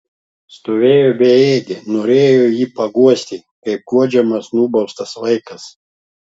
stovėjo bejėgė norėjo jį paguosti kaip guodžiamas nubaustas vaikas